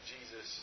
Jesus